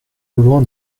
loin